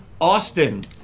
Austin